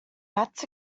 maths